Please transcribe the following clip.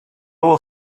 all